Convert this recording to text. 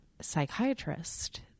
psychiatrist